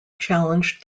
challenged